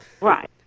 Right